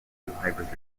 hybrid